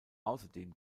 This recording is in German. außerdem